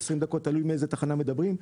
ל-20 דקות; תלוי מאיזו תחנה מדברים.